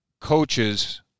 coaches